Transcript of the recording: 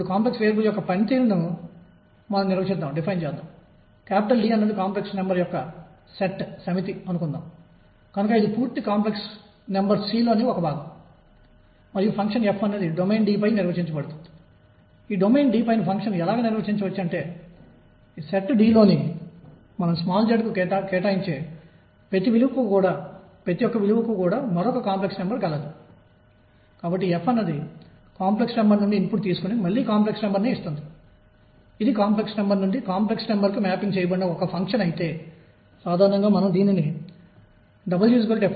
ఇప్పుడు మనం మరొక వ్యవస్థకు వర్తింపజేద్దాం నేను విల్సన్ సోమెర్ఫెల్డ్ ను మళ్లీ మళ్లీ వ్రాయబోను x దిశలో రెండు దృఢమైన గోడల మధ్య కదిలే కణానికి క్వాంటం నిబంధనను చెబుతాను